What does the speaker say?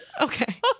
okay